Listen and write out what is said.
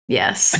yes